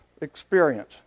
experience